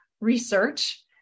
research